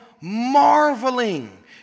marveling